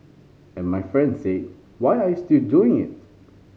and my friend said why are you still doing it